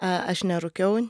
aš nerūkiau